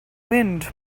wind